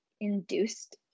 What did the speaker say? induced